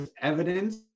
evidence